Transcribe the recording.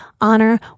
honor